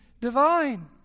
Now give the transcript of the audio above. divine